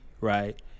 right